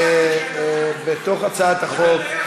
בהצעת החוק,